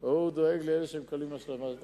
או שהוא דואג לאלה שמקבלים השלמת הכנסה?